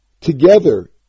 together